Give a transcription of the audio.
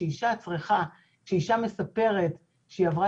כשאשה צריכה וכשאשה מספרת שהיא עברה